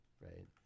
right